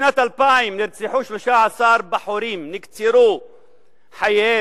בשנת 2000 נרצחו 13 בחורים, נקצרו חייהם